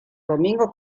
domingo